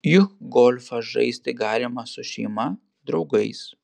juk golfą žaisti galima su šeima draugais